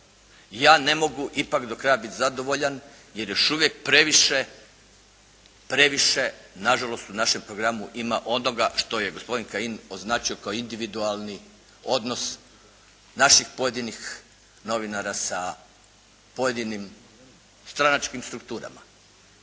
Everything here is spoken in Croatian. ja ne mogu ipak do kraja biti zadovoljan jer još uvijek previše, previše nažalost u našem programu ima onoga što je gospodin Kajin označio kao individualni odnos naših pojedinih novinara sa pojedinim stranačkim strukturama.